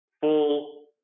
full